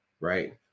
right